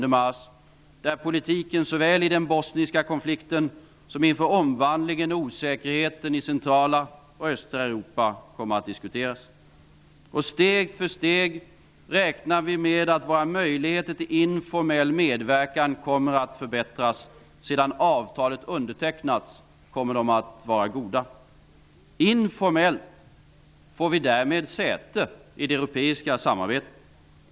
Där kommer man att diskutera politiken såväl i den bosniska konflikten som inför omvandlingen av och osäkerheten i centrala och östra Europa. Steg för steg räknar vi med att våra möjligheter till informell medverkan kommer att förbättras. Sedan avtalet har undertecknats kommer de att vara goda. Informellt får vi därmed säte i det europeiska samarbetet.